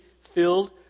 filled